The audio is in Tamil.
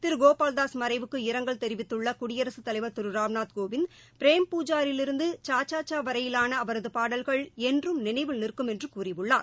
திரு கோபால் தாஸ் மறைவுக்கு இரங்கல் தெரிவித்துள்ள குடியரசுத் தலைவா் திரு ராம்நாத் கோவிந்த் பிரேம் பூஜாரிலிருந்து ச ச வரையிவாள அவரது பாடல்கள் என்றும் நினைவில் நிற்கும் என்று கூறியுள்ளர்